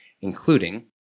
including